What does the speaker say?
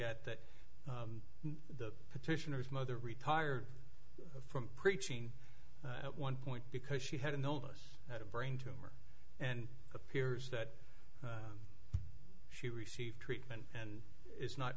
that the petitioner's mother retired from preaching at one point because she had an illness had a brain tumor and appears that she received treatment and is not